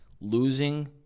losing